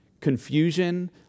confusion